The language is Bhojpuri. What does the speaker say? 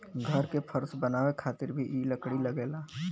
घर के फर्श बनावे खातिर भी इ लकड़ी लगेला